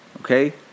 Okay